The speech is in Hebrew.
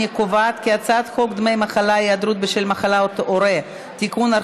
אני קובעת כי הצעת חוק דמי מחלה (היעדרות בשל מחלת הורה) (תיקון,